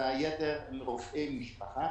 והיתר הם רופאי משפחה,